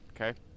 Okay